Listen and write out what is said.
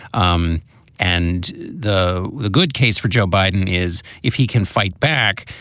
um and the the good case for joe biden is if he can fight back,